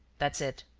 that's it.